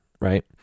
right